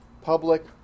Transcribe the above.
public